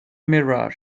mirror